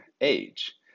age